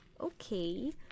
Okay